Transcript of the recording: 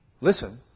listen